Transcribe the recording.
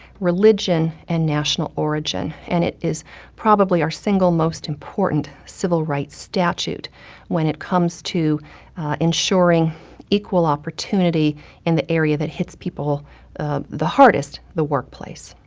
religion and national origin. and it is probably our single most important civil rights statute when it comes to ensuring equal opportunity in the area that hits people the hardest, the workplace.